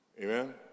Amen